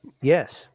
Yes